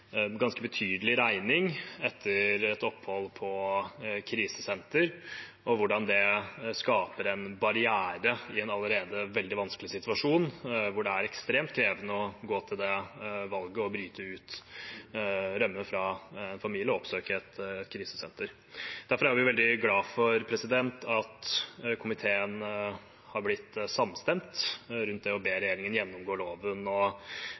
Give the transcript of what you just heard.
ganske betydelig regning etter et opphold på krisesenter, og hvordan det skaper en barriere i en allerede veldig vanskelig situasjon. Det er ekstremt krevende å ta det valget å bryte ut, rømme fra familien og oppsøke et krisesenter. Derfor er vi veldig glad for at komiteen har blitt samstemt rundt det å be regjeringen gjennomgå loven